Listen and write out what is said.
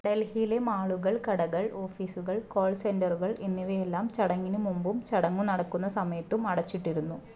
ഡൽഹിയിലെ മാളുകൾ കടകൾ ഓഫീസുകൾ കോൾ സെന്ററുകൾ എന്നിവയെല്ലാം ചടങ്ങിന് മുമ്പും ചടങ്ങ് നടക്കുന്ന സമയത്തും അടച്ചിട്ടിരുന്നു